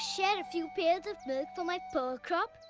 share a few pails of milk for my pearl crop?